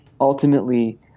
ultimately